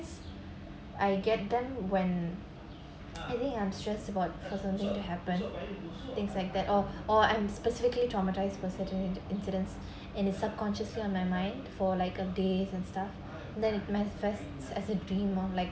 I get them when I think I'm stressed about for something to happen things like that oh oh I'm specifically traumatized for certain incidents and its subconsciously on my mind for like a days and stuff then it manifests as a dream of like